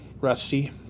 rusty